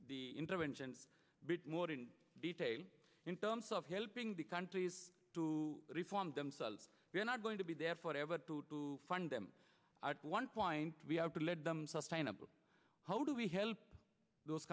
the intervention bit more in detail in terms of helping the countries to reform themselves we're not going to be there forever to fund them at one point we have to lead themselves trainable how do we help those